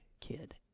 kid